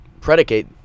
predicate